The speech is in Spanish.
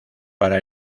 para